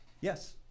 Yes